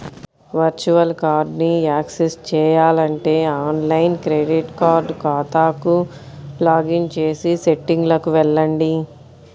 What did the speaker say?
virtual కార్డ్ని access చేయాలంటే online credit card ఖాతాకు లాగిన్ చేసి సెట్టింగ్లకు వెళ్లండి